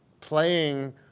playing